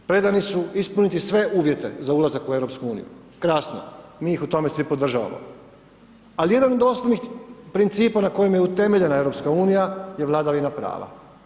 Predani su ispuniti sve uvjete za ulazak u EU, krasno, mi ih u tome svi podržavamo, ali jedan od osnovnih principa na kojem je utemeljena EU je vladavina prava.